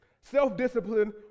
Self-discipline